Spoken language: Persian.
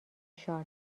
شارژ